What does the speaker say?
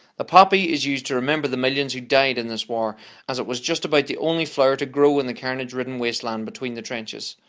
the poppy is used to remember the millions who died in this war as it was just about the only flower to grow in the carnage-ridden wasteland between the trenches.